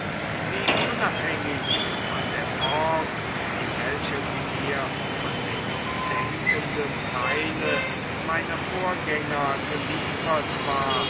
sie unabhängig von der form in welcher sie mir von dem denkenden theile meiner vorgänger überliefert war